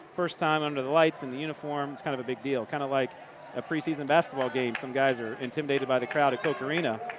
first time under the lights and the uniform it's kind of a big deal. kind of like a pre-season basketball game. guys are intimidated by the crowd at koch arena.